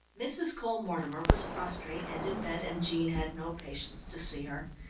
mrs. cole-mortimer was prostrate and in bed, and jean had no patience to see her.